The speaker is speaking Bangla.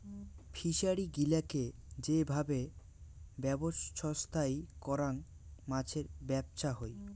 ফিসারী গিলাকে যে ভাবে ব্যবছস্থাই করাং মাছের ব্যবছা হই